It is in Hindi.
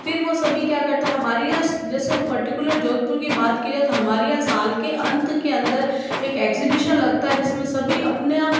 फिर वह सभी क्या करता हमारे यहाँ जैसे हम पार्टिकुलर जोधपुर की बात की जाए तो हमाए यहाँ साल के अंत के अंदर एक एग्जीबिशन लगता है जिसमें सभी अपने